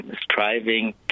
striving